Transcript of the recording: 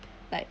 like